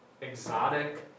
exotic